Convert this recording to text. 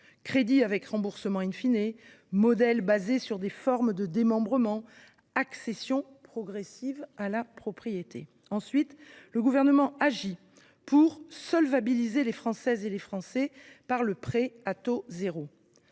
crédits avec remboursement, modèles basés sur des formes de démembrement, accession progressive à la propriété… Ensuite, le Gouvernement agit pour solvabiliser les Françaises et les Français par le prêt à taux zéro.